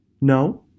No